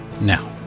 Now